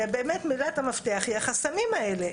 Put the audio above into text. ובאמת מילת המפתח היא החסמים האלה,